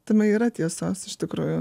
tame yra tiesos iš tikrųjų